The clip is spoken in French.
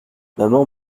maman